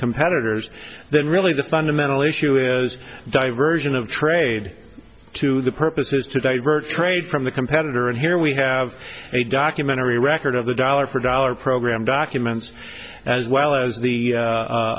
competitors then really the fundamental issue is diversion of trade to the purpose is to divert trade from the competitor and here we have a documentary record of the dollar for dollar program documents as well as the